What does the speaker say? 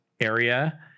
area